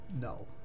No